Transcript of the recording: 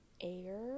air